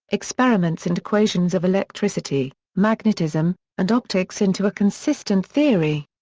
experiments and equations of electricity, magnetism, and optics into a consistent theory.